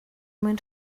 mwyn